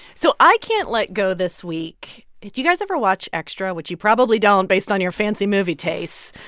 so i can't let go this week do you guys ever watch extra? which you probably don't, based on your fancy movie tastes.